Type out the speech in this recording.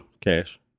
cash